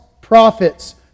prophets